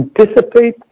anticipate